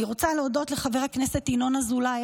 אני רוצה להודות לחבר הכנסת ינון אזולאי,